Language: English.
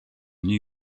knew